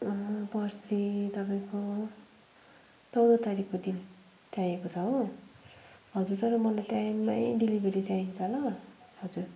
पर्सी तपाईँको चौध तारिकको दिन चाहिएको छ हो हजुर तर मलाई टाइममै डेलिभेरी चाहिन्छ ल हजुर